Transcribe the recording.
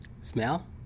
Smell